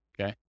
okay